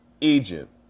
Egypt